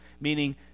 Meaning